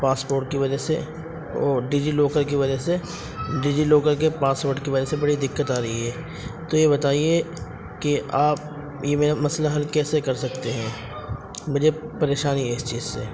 passport کی وجہ سے وہ ڈی جی لاکر کے وجہ سے ڈی جی لاکر کے پاسوڈ کی وجہ سے بڑی دقت آ رہی ہے تو یہ بتائیے کہ آپ یہ میرا مسئلہ حل کیسے کر سکتے ہیں مجھے پریشانی ہے اس چیز سے